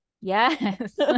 Yes